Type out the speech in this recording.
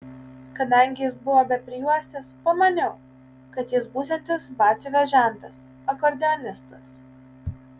kadangi jis buvo be prijuostės pamaniau kad jis būsiantis batsiuvio žentas akordeonistas